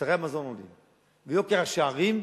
וכשמוצרי המזון עולים, ויוקר השערים,